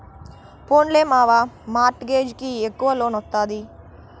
పోన్లే మావా, mortgage కి ఎక్కవ లోన్ ఒస్తాది